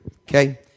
Okay